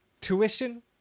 Tuition